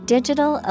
Digital